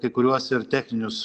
kai kuriuos ir techninius